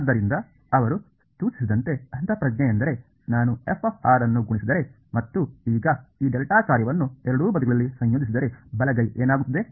ಆದ್ದರಿಂದ ಅವರು ಸೂಚಿಸಿದಂತೆ ಅಂತಃಪ್ರಜ್ಞೆಯೆಂದರೆ ನಾನು f ಅನ್ನು ಗುಣಿಸಿದರೆ ಮತ್ತು ಈಗ ಈ ಡೆಲ್ಟಾ ಕಾರ್ಯವನ್ನು ಎರಡೂ ಬದಿಗಳಲ್ಲಿ ಸಂಯೋಜಿಸಿದರೆ ಬಲಗೈ ಏನಾಗುತ್ತದೆ